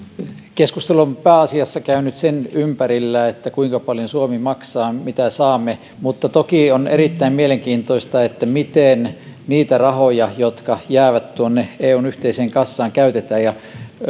on pääasiassa käynyt sen ympärillä kuinka paljon suomi maksaa mitä saamme mutta toki on erittäin mielenkiintoista miten niitä rahoja jotka jäävät tuonne eun yhteiseen kassaan käytetään